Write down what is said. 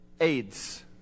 AIDS